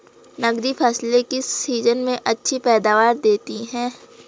नकदी फसलें किस सीजन में अच्छी पैदावार देतीं हैं?